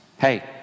hey